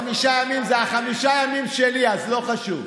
חמישה ימים זה חמישה הימים שלי, אז לא חשוב.